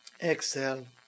exhale